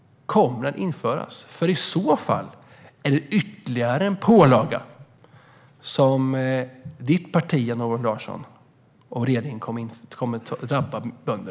Kommer den att införas? I så fall är det ytterligare en pålaga från ditt parti och regeringen som kommer att drabba bönderna.